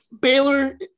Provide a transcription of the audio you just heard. Baylor